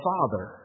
Father